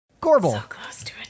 gorbel